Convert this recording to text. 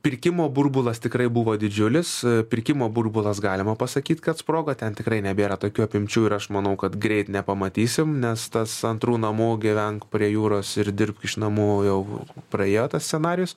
pirkimo burbulas tikrai buvo didžiulis pirkimo burbulas galima pasakyt kad sprogo ten tikrai nebėra tokių apimčių ir aš manau kad greit nepamatysim nes tas antrų namų gyvenk prie jūros ir dirbk iš namų jau praėjo tas scenarijus